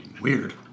Weird